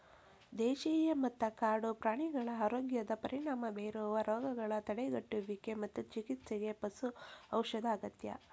ದೇಶೇಯ ಮತ್ತ ಕಾಡು ಪ್ರಾಣಿಗಳ ಆರೋಗ್ಯದ ಪರಿಣಾಮ ಬೇರುವ ರೋಗಗಳ ತಡೆಗಟ್ಟುವಿಗೆ ಮತ್ತು ಚಿಕಿತ್ಸೆಗೆ ಪಶು ಔಷಧ ಅಗತ್ಯ